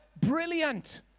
brilliant